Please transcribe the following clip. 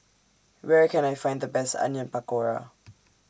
Where Can I Find The Best Onion Pakora